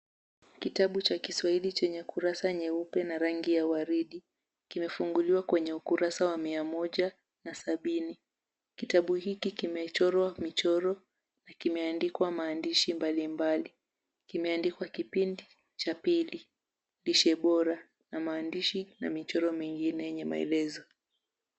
KItabu cha kiswahili chenye kurara nyeupe na rangi ya waridi kimefunguliwa kwenye ukurasa wa 170. Kitabu hiki kimechorwa michoro na kimeandikwa maandishi mbalimbali. Kimeandikwa kipindi cha pili, lishe bora na maandishi mengine na michoro yenye maelezo.